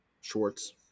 Schwartz